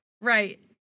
Right